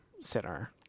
center